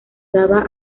daba